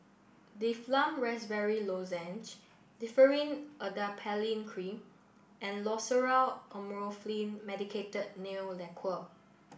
Difflam Raspberry Lozenges Differin Adapalene Cream and Loceryl Amorolfine Medicated Nail Lacquer